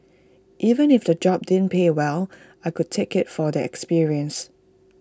even if the job didn't pay well I could take IT for the experience